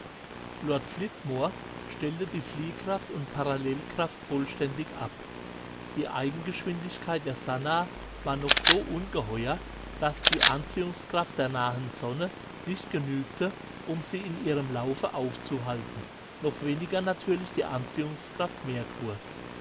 lord flitmore stellte die fliehkraft und parallelkraft vollständig ab die eigengeschwindigkeit der sannah war noch so ungeheuer daß die anziehungskraft der nahen sonne nicht genügte um sie in ihrem laufe aufzuhalten noch weniger natürlich die anziehungskraft merkurs